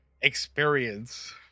experience